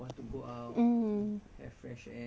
ya that's true